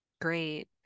great